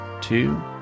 two